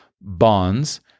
bonds